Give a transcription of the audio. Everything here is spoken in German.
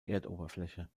erdoberfläche